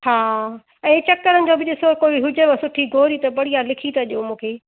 हा ऐं चकरनि जो बि ॾिसो कोई हुजेव सुठी गोरी त बढ़िया लिखी त ॾियो मूंखे